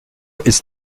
ist